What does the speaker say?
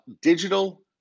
digital